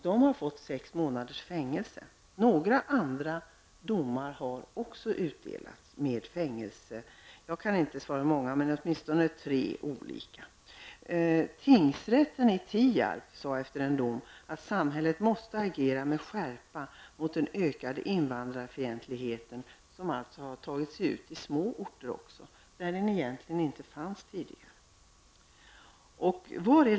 De har fått sex månaders fängelse. I några andra fall har fängelsestraff också utdömts. Jag kan inte svara på hur många, men det rör sig om åtminstone tre olika. Tingsrätten i Tierp sade efter en dom att samhället måste agera med skärpa mot den ökande invandrarfientligheten, som också har tagit sig uttryck på små orter där den egentligen inte fanns tidigare.